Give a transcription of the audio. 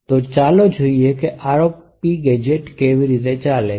તો ચાલો જોઈએ કે આ ROP ગેજેટ્સ કેવી રીતે ચલાવે છે